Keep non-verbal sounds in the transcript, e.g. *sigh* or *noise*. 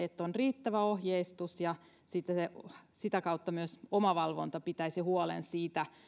*unintelligible* että on riittävä ohjeistus ja sitä kautta myös omavalvonta pitäisi huolen siitä